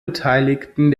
beteiligten